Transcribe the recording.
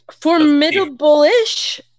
formidable-ish